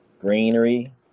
greenery